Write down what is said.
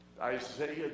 Isaiah